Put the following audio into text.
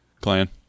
clan